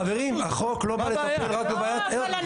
חברים, החוק לא בא לטפל רק בבעיית איירסופט.